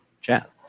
chat